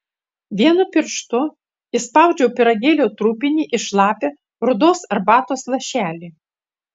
vienu pirštu įspaudžiau pyragėlio trupinį į šlapią rudos arbatos lašelį